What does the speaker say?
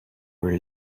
where